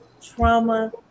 Trauma